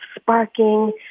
sparking